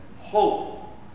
hope